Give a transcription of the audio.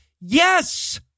yes